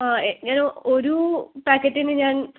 ആ എ ഞാനെ ഒരു പാക്കറ്റിൻ്റെ ഞാൻ